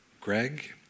Greg